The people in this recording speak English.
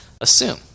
assume